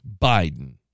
Biden